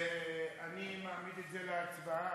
אני מעמיד את זה להצבעה.